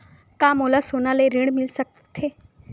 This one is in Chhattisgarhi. का मोला सोना ले ऋण मिल सकथे?